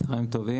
צוהריים טובים.